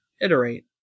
iterate